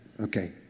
Okay